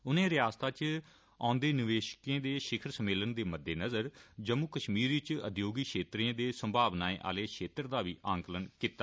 उनें रियासता इच औदे निवेषकें दे शिखर सम्मेलन दे मद्देनजर जम्मू कश्मीर इच उद्योयगिक क्षेत्रें दे संभावनाएं आहले क्षेत्रें दा बी आंकलन कीता